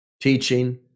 Teaching